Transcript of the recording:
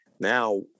now